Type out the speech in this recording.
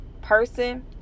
person